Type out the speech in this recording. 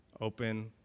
open